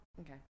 okay